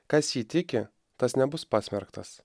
kas jį tiki tas nebus pasmerktas